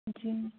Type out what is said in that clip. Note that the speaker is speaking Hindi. जी